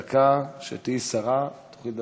כשתהיי שרה תוכלי לדבר כמה שאת רוצה.